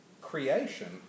creation